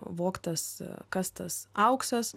vogtas kastas auksas